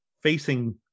facing